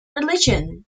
religion